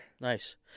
Nice